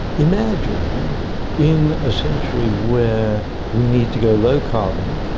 imagine in a century where we need to go low carbon,